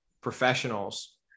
professionals